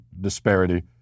disparity